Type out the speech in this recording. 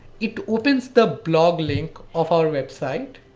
it opens the blog link of our website,